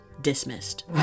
Dismissed